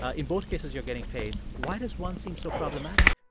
ah in both cases, you're getting paid. why does one seem so problematic?